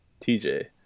TJ